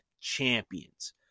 champions